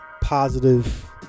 positive